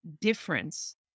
difference